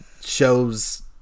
shows